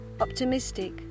optimistic